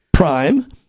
Prime